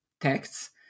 texts